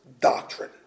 Doctrine